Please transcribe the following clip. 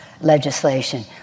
legislation